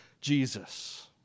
Jesus